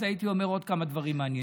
הייתי אומר עוד כמה דברים מעניינים.